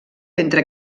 entre